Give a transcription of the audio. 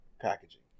packaging